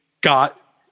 got